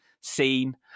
scene